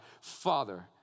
Father